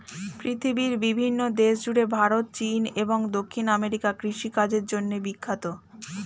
পৃথিবীর বিভিন্ন দেশ জুড়ে ভারত, চীন এবং দক্ষিণ আমেরিকা কৃষিকাজের জন্যে বিখ্যাত